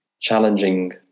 challenging